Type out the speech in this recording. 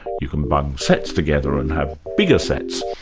you can bung sets together and have bigger sets.